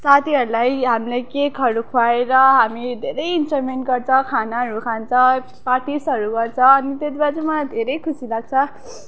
साथीहरूलाई हामीलाई केकहरू खुवाएर हामी धेरै इन्जोयमेन्ट गर्छ खानाहरू खान्छ पार्टिजहरू गर्छ अनि त्यतिबेचा चाहिँ मलाई धेरै खुसी लाग्छ